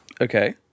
Okay